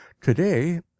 Today